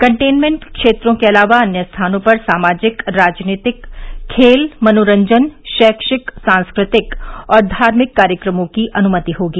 containment क्षेत्रों के अलावा अन्य स्थानों पर सामाजिक राजनीतिक खेल मनोरजन शैक्षिक सांस्कृतिक और धार्मिक कार्यक्रमों की अनुमति होगी